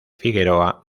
figueroa